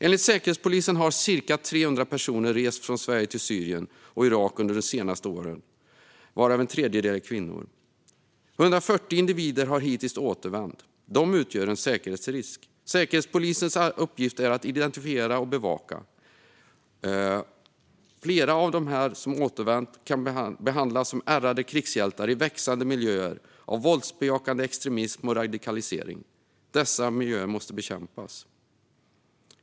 Enligt Säkerhetspolisen har ca 300 personer rest från Sverige till Syrien och Irak under de senaste åren, varav en tredjedel är kvinnor. 140 individer har hittills återvänt. De utgör en säkerhetsrisk. Säkerhetspolisens uppgift är att identifiera och bevaka dessa personer. Flera av dem som återvänt kan behandlas som ärrade krigshjältar i växande miljöer av våldsbejakande extremism och radikalisering. Dessa miljöer måste bekämpas.